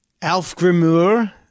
Alfgrimur